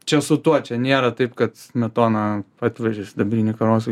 čia su tuo čia nėra taip kad smetona atvežė sidabrinių karosų